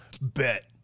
bet